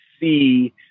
see